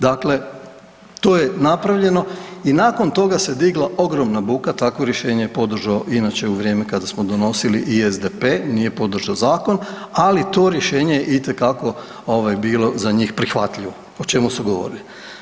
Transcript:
Dakle, to je napravljeno i nakon toga se digla ogromna buka, takvo rješenje je podržao inače u vrijeme kada smo donosili i SDP, nije podržao zakon, ali to rješenje je itekako ovaj bilo za njih prihvatljivo, o čemu su govorili.